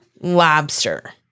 Lobster